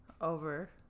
over